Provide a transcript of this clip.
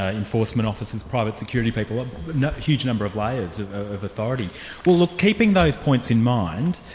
ah enforcement officers, private security people, a huge number of layers of authority. well look, keeping those points in mind,